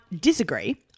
Disagree